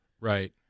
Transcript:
Right